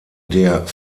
der